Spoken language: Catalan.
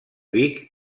vic